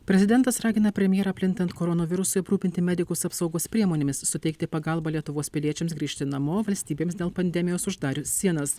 prezidentas ragina premjerą plintant koronavirusui aprūpinti medikus apsaugos priemonėmis suteikti pagalbą lietuvos piliečiams grįžti namo valstybėms dėl pandemijos uždarius sienas